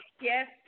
Yes